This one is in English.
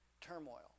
turmoil